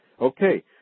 okay